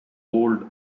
old